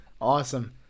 Awesome